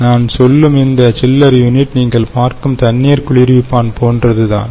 நான் சொல்லும் இந்த சில்லர் யூனிட் நீங்கள் பார்க்கும் தண்ணீர் குளிர்விப்பான் போன்றதுதான்